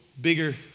bigger